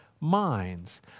minds